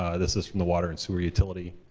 um this is from the water and sewer utility